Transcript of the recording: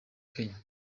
kenya